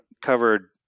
covered